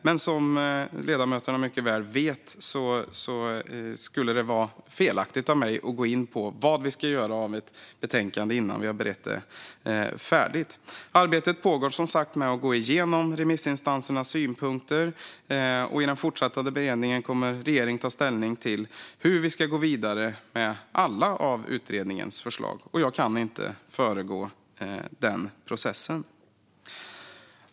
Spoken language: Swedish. Men som ledamöterna mycket väl vet skulle det vara felaktigt av mig att gå in på vad vi ska göra av ett betänkande innan vi har berett det färdigt. Arbetet med att gå igenom remissinstansernas synpunkter pågår som sagt, och i den fortsatta beredningen kommer regeringen att ta ställning till hur vi ska gå vidare med alla utredningens förslag. Jag kan inte föregå den processen.